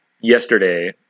Yesterday